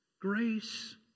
Grace